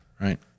right